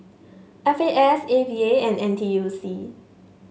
F A S A V A and N T U C